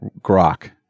grok